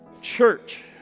church